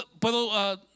puedo